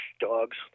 dogs